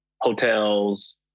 hotels